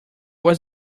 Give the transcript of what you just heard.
was